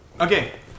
Okay